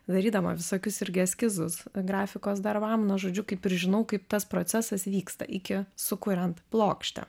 darydama visokius irgi eskizus grafikos darbam na žodžiu kaip ir žinau kaip tas procesas vyksta iki sukuriant plokštę